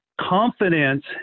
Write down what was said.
confidence